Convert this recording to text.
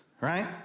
right